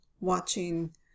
watching